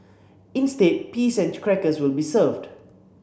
instead peas and crackers will be served